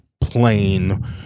plain